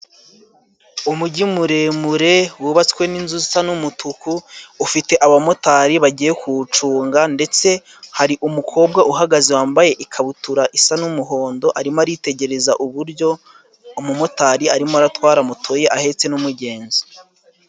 Umugi muremure wubatswe n'inzu sa n'umutuku ufite abamotari bagiye kuwucunga, ndetse hari umukobwa uhagaze wambaye ikabutura isa n'umuhondo, arimo aritegereza uburyo umumotari arimo aratwara moto ye ahetse n'umugenzi.